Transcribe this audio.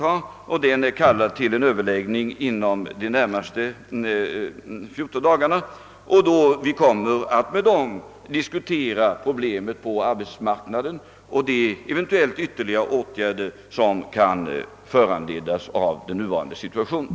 Den beredningen är kallad till en överläggning inom de närmaste fjorton dagarna, och vi kommer då att med beredningens ledamöter diskutera problemen på ar betsmarknaden samt de eventuella ytterligare åtgärder som kan föranledas av den nuvarande situationen.